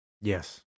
Yes